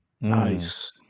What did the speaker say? Nice